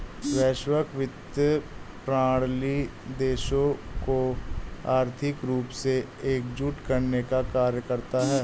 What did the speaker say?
वैश्विक वित्तीय प्रणाली देशों को आर्थिक रूप से एकजुट करने का कार्य करता है